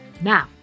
now